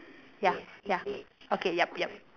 ya ya okay yup yup